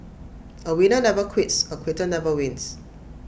A winner never quits A quitter never wins